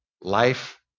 life